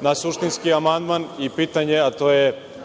na suštinski amandman i pitanje, a to je